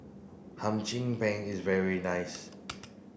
Hum Chim Peng is very nice